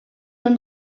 main